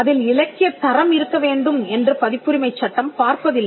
அதில் இலக்கியத்தரம் இருக்க வேண்டும் என்று பதிப்புரிமைச் சட்டம் பார்ப்பதில்லை